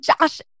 Josh